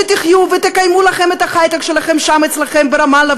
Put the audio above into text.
שתחיו ותקיימו לכם את ההיי-טק שלכם שם אצלכם ברמאללה,